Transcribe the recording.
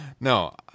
No